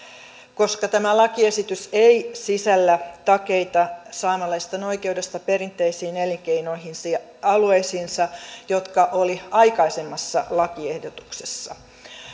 koska tämä lakiesitys ei sisällä takeita saamelaisten oikeudesta perinteisiin elinkeinoihinsa ja alueisiinsa jotka olivat aikaisemmassa lakiehdotuksessa